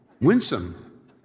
winsome